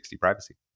privacy